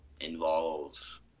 involves